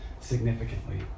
significantly